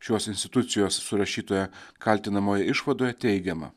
šios institucijos surašytoje kaltinamojoje išvadoje teigiama